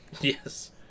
Yes